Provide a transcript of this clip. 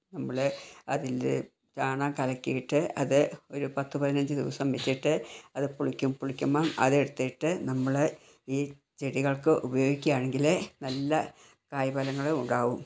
നമ്മൾ അതിൽ ചാണകം കലക്കിയിട്ട് അത് ഒരു പത്ത് പതിനഞ്ച് ദിവസം വച്ചിട്ട് അത് പുളിക്കും പുളിക്കുമ്പം അതെടുത്തിട്ട് നമ്മൾ ഈ ചെടികൾക്ക് ഉപയോഗിക്കുകയാണെങ്കിൽ നല്ല കായ് ഫലങ്ങളും ഉണ്ടാവും